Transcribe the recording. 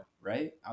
right